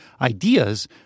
ideas